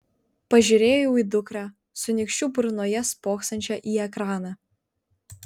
pažiūrėjau į dukrą su nykščiu burnoje spoksančią į ekraną